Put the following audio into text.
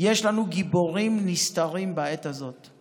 יש לנו גיבורים נסתרים בעת הזאת,